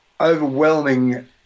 overwhelming